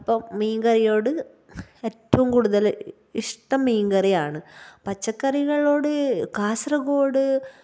അപ്പം മീന്കറിയോട് ഏറ്റവും കൂടുതല് ഇഷ്ടം മീന്കറിയാണ് പച്ചക്കറികളോട് കാസര്ഗോഡ്